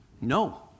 No